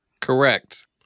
Correct